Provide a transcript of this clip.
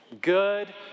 Good